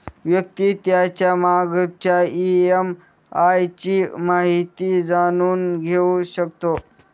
व्यक्ती त्याच्या मागच्या ई.एम.आय ची माहिती जाणून घेऊ शकतो